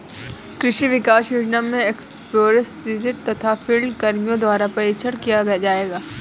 कृषि विकास योजना में एक्स्पोज़र विजिट तथा फील्ड कर्मियों द्वारा प्रशिक्षण किया जाएगा